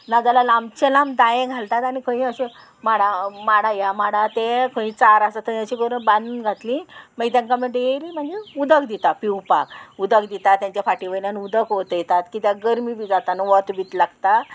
नाजाल्यार लांबचें लांब दायें घालतात आनी खंय अशें माडा माडा ह्या माडा ते खंय चार आसा थंय अशें करून बांदून घातली मागीर तेंकां मागीर डेली मागीर उदक दिता पिवपाक उदक दिता तेंच्या फाटी वयल्यान उदक वोतयतात कित्याक गरमी बी जाता न्हू वत बी लागता